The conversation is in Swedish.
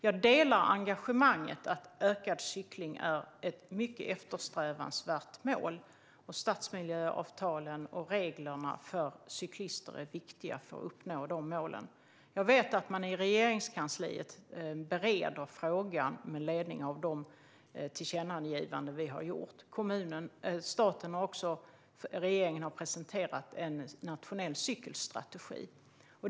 Jag delar engagemanget när det gäller att ökad cykling är ett mycket eftersträvansvärt mål, och stadsmiljöavtalen och reglerna för cyklister är viktiga för att uppnå de målen. Jag vet att man i Regeringskansliet bereder frågan med ledning av de tillkännagivanden vi har gjort. Regeringen har också presenterat en nationell cykelstrategi.